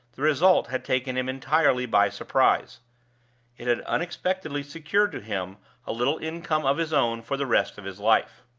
the result had taken him entirely by surprise it had unexpectedly secured to him a little income of his own for the rest of his life.